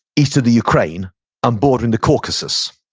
east of the ukraine and bordering the caucasus.